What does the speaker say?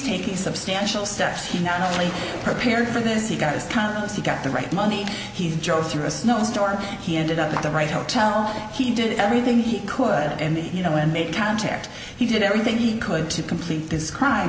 taking a substantial step he not only prepared for this he got his confidence he got the right money he drove through a snowstorm he ended up in the right hotel he did everything he could and you know and make contact he did everything he could to complete his cri